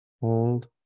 Hold